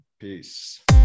Peace